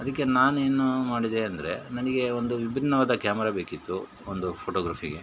ಅದಕ್ಕೆ ನಾನೇನು ಮಾಡಿದೆ ಅಂದರೆ ನನಗೆ ಒಂದು ವಿಭಿನ್ನವಾದ ಕ್ಯಾಮ್ರಾ ಬೇಕಿತ್ತು ಒಂದು ಫೋಟೋಗ್ರಫಿಗೆ